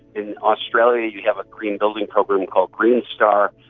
in australia you have a green building program called green star,